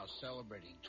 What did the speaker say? celebrating